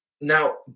Now